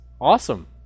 awesome